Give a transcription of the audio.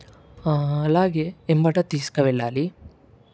అలాగే వెంబడి తీసుకువెళ్ళాలి